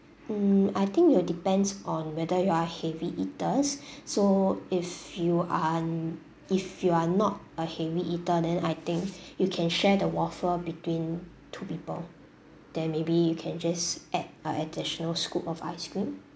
um I think it will depends on whether you are heavy eaters so if you are if you are not a heavy eater then I think you can share the waffle between two people then maybe you can just add a additional scoop of ice cream